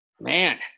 man